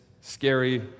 scary